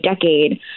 decade